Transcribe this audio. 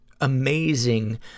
amazing